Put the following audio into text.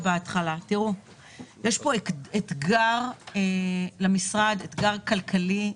יש פה אתגר למשרד - אתגר כלכלי,